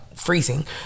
freezing